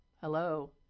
hello